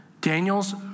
Daniel's